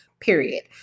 Period